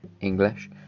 English